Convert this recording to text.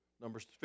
Numbers